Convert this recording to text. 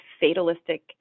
fatalistic